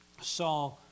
saw